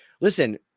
listen